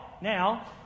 now